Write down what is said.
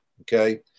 Okay